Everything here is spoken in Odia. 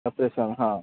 ଅପରେସନ୍ ହଁ